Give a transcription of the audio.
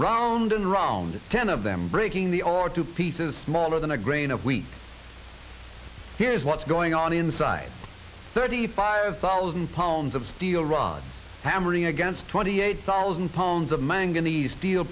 round and round ten of them breaking the or two pieces smaller than a grain of wheat here is what's going on inside thirty five thousand pounds of steel rod hammering against twenty eight thousand pounds of